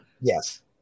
Yes